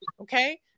okay